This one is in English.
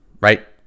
right